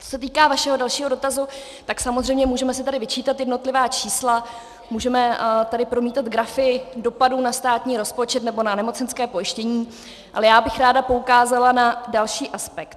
Co se týká vašeho dalšího dotazu, tak samozřejmě můžeme si tady vyčítat jednotlivá čísla, můžeme tady promítat grafy dopadů na státní rozpočet nebo na nemocenské pojištění, ale já bych ráda poukázala na další aspekt.